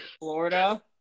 Florida